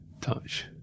touch